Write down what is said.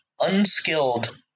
unskilled